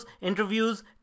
interviews